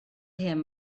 him